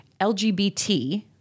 LGBT